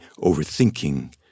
overthinking